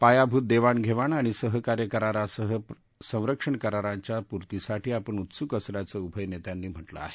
पायाभूत देवाणधेवाण आणि सहकार्य करारासह संरक्षण करारांच्या पूर्तीसाठी आपण उत्सुक असल्याचं उभय नेत्यांनी म्हटलं आहे